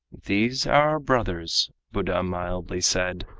these are our brothers, buddha mildly said.